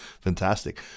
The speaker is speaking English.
fantastic